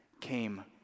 came